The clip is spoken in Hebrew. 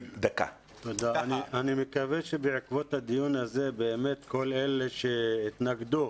אני מקווה שבעקבות הדיון הזה כל אלה שהתנגדו